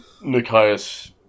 Nikias